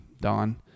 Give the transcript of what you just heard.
Don